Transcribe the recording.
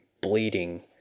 bleeding